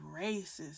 racist